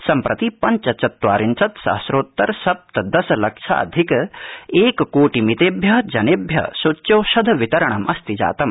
सम्प्रति पञ्च चत्वारिंशत् सहस्रोत्तर सप्तदश लक्षाधिक एक कोटि मितृष्चि जनध्यि सूच्योषध वितरणमस्ति जातम्